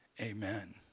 Amen